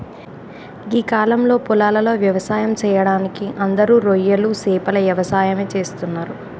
గీ కాలంలో పొలాలలో వ్యవసాయం సెయ్యడానికి అందరూ రొయ్యలు సేపల యవసాయమే చేస్తున్నరు